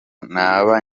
naba